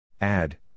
Add